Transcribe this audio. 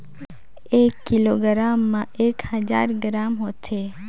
एक किलोग्राम म एक हजार ग्राम होथे